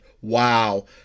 Wow